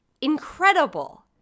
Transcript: Incredible